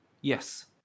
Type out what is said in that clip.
Yes